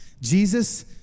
Jesus